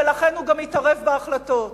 ולכן הוא גם התערב בהחלטות.